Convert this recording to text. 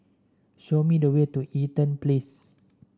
show me the way to Eaton Place